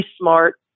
smart